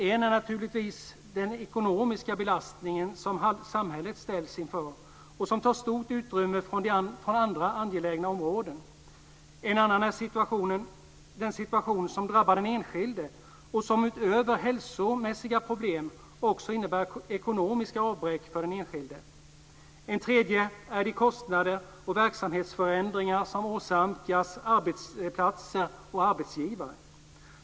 En är naturligtvis den ekonomiska belastning som samhället ställs inför och som tar ett stort utrymme från andra angelägna områden. En annan är den situation som drabbar den enskilde och som utöver hälsomässiga problem också innebär ekonomiska avbräck för den enskilde. En tredje är de kostnader och verksamhetsförändringar som åsamkas arbetsplatser och arbetsgivare.